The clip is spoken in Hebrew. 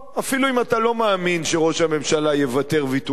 אפילו אם אתה לא מאמין שראש הממשלה יוותר ויתורים.